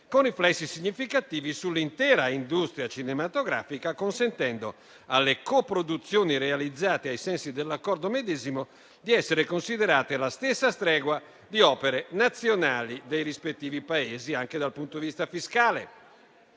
con riflessi significativi sull'intera industria cinematografica, consentendo alle coproduzioni realizzate ai sensi dell'accordo medesimo di essere considerate alla stessa stregua di opere nazionali dei rispettivi Paesi, anche dal punto di vista fiscale.